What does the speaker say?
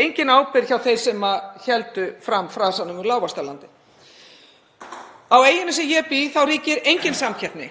engin ábyrgð hjá þeim sem héldu fram frasanum um lágvaxtalandið. Á eyjunni sem ég bý á ríkir engin samkeppni